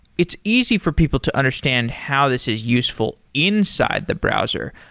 it's easy for people to understand how this is useful inside the browser.